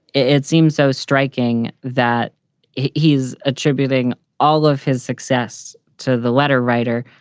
it seems so striking that he is attributing all of his success to the letter writer,